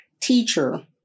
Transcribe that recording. teacher